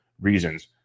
reasons